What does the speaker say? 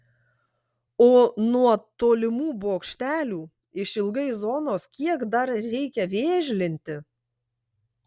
o nuo tolimų bokštelių išilgai zonos kiek dar reikia vėžlinti